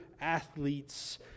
athletes